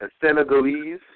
Senegalese